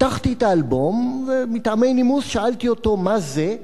פתחתי את האלבום, ומטעמי נימוס שאלתי אותו: מה זה?